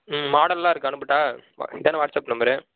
ம் மாடல்லாம் இருக்கு அனுப்புவிட்டேன் இதானே வாட்ஸ்அப் நம்பரு